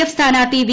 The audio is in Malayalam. എഫ് സ്ഥാനാർത്ഥി വി